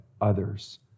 others